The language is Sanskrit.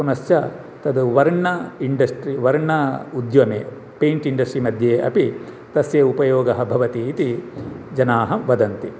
पुनश्च तत् वर्ण इण्डस्ट्रि वर्ण उद्यमे पैण्ट् इण्डस्ट्रि मध्ये अपि तस्य उपयोगः भवति इति जनाः वदन्ति